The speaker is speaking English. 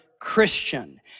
Christian